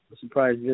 surprise